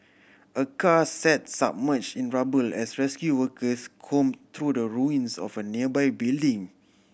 a car sat submerged in rubble as rescue workers combed through the ruins of a nearby building